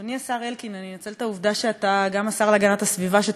אני אנצל את העובדה שאתה גם השר להגנת הסביבה ותשיב לנו על זה,